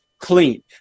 clean